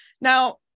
Now